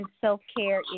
self-care